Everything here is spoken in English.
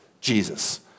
Jesus